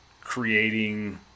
creating